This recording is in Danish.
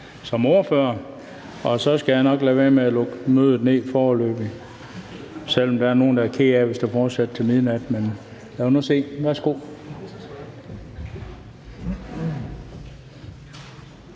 som ordfører. Så skal jeg nok lade være med at lukke mødet ned foreløbig, selv om der er nogen, der bliver kede af det, hvis det fortsætter til midnat. Men lad os se. Værsgo.